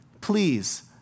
please